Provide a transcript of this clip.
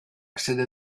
sede